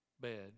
bed